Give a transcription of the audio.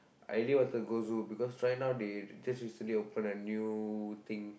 I really wanted to go zoo because right now they just recently opened a new thing